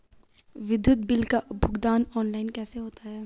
विद्युत बिल का भुगतान ऑनलाइन कैसे होता है?